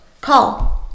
call